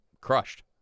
crushed